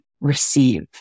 receive